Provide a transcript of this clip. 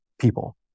people